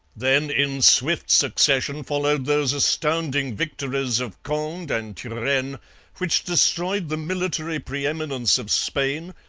then in swift succession followed those astounding victories of conde and turenne which destroyed the military pre-eminence of spain,